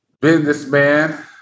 businessman